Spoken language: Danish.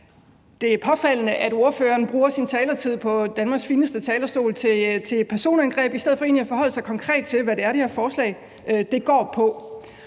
det er påfaldende, at ordføreren bruger sin taletid på Danmarks fineste talerstol på personangreb i stedet for at forholde sig konkret til, hvad det er, det her forslag går ud